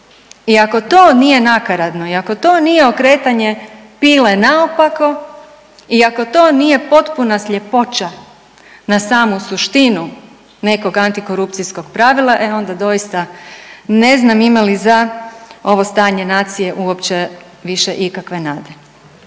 I ako to nije nakaradno i ako to nije okretanje pile naopako i ako to nije potpuna sljepoća na samu suštinu nekog antikorupcijskog pravila, e onda doista ne znam ima li za ovo stanje nacije uopće više ikakve nade.